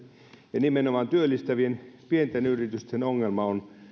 ja nimenomaan työllistävien pienten yritysten ongelma on